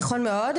נכון מאוד.